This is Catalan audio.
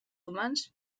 humans